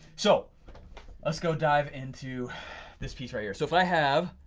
so lets go dive into this piece right here. so if i have,